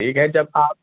ٹھیک ہے جب آپ